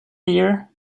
year